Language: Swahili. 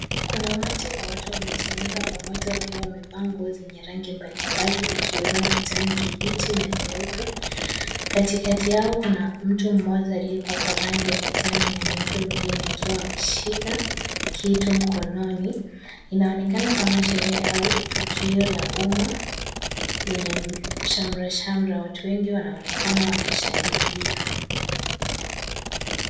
Kuna umati wa watu wamekusanyika pamoja wakiwa wamevaa nguo zenye rangi mbalimbali ikiwemo kijani kibichi na nyeupe. Katikati yao kuna mtu mmoja aliyepakwa rangi ya kijani na nyeupe mwilini akiwa ameshika kitu mkononi. Inaonekana kama sheria au tukio la umma lenye shamrashamra watu wengi wanaonekana wakishangilia.